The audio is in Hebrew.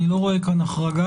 אני לא רואה כאן החרגה.